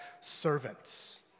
servants